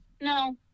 No